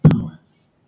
powers